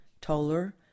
Toller